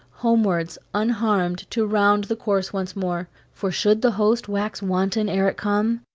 homewards, unharmed, to round the course once more. for should the host wax wanton ere it come,